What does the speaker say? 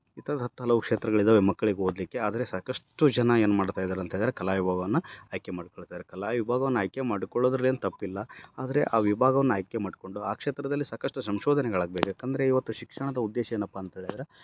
ಈ ಥರದ್ ಹತ್ತು ಹಲವು ಕ್ಷೇತ್ರಗಳಿದವೆ ಮಕ್ಳಿಗೆ ಓದಲ್ಲಿಕ್ಕೆ ಆದರೆ ಸಾಕಷ್ಟು ಜನ ಏನು ಮಾಡ್ತಾ ಇದಾರಂತೇಳ್ದ್ರೆ ಕಲಾ ವಿಭಾಗವನ್ನ ಆಯ್ಕೆ ಮಾಡ್ಕೊಳ್ತಾರೆ ಕಲಾ ವಿಭಾಗವನ್ನ ಆಯ್ಕೆ ಮಾಡಿಕೊಳ್ಳೋದ್ರಲ್ಲೇನು ತಪ್ಪಿಲ್ಲ ಆದರೆ ಆ ವಿಭಾಗವನ್ ಆಯ್ಕೆ ಮಾಡ್ಕೊಂಡು ಆ ಕ್ಷೇತ್ರದಲ್ಲಿ ಸಾಕಷ್ಟು ಸಂಶೋಧನೆಗಳಾಗ್ಬೇಕು ಯಾಕಂದರೆ ಇವತ್ತು ಶಿಕ್ಷಣದ ಉದ್ದೇಶ ಏನಪ್ಪ ಅಂತೇಳ್ದ್ರೆ